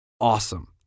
Awesome